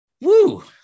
woo